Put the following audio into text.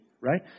right